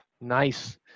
Nice